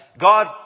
God